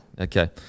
Okay